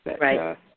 Right